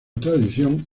tradición